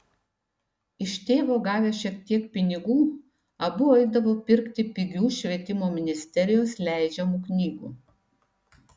iš tėvo gavę šiek tiek pinigų abu eidavo pirkti pigių švietimo ministerijos leidžiamų knygų